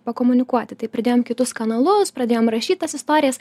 pakomunikuoti tai pridėjom kitus kanalus pradėjom rašyt tas istorijas